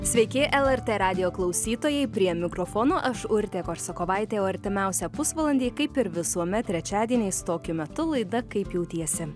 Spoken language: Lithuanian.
sveiki lrt radijo klausytojai prie mikrofono aš urtė korsakovaitė jau artimiausią pusvalandį kaip ir visuomet trečiadieniais tokiu metu laida kaip jautiesi